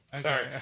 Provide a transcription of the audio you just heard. Sorry